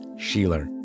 Sheeler